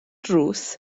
drws